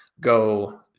go